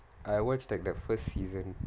I watched like the first season